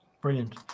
Brilliant